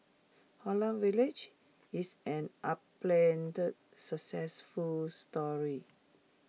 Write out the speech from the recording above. Holland village is an unplanned successful story